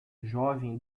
jovem